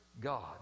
God